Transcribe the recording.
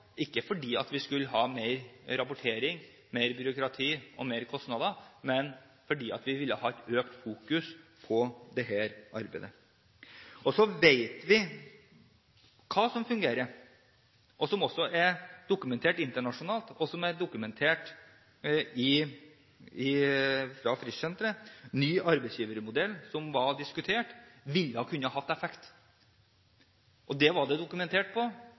ikke fordi vi skulle ha mer rapportering, mer byråkrati og merkostnader, men fordi vi ville ha et økt fokus på dette arbeidet. Så vet vi hva som fungerer, noe som også er dokumentert internasjonalt, og som er dokumentert ved Frischsenteret. Ny arbeidsgivermodell, som har vært diskutert, kunne hatt en effekt. Det var dokumentert, men det